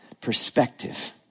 Perspective